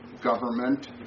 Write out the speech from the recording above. government